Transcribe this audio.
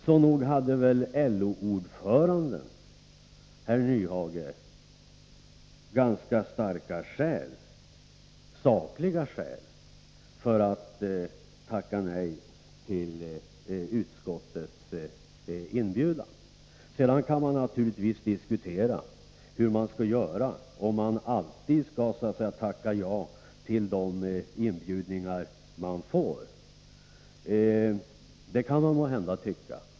Så nog hade LO-ordföranden ganska starka sakliga skäl, herr Nyhage, för att tacka nej till utskottets inbjudan. Sedan kan man naturligtvis diskutera hur man skall göra — om man alltid skall tacka ja till de inbjudningar man får. Det kan man måhända tycka.